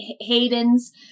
Hayden's